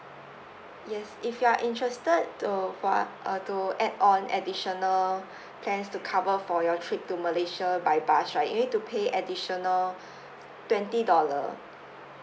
yes if you are interested to for uh to add on additional plans to cover for your trip to malaysia by bus right you need to pay additional twenty dollar